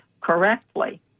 correctly